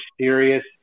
serious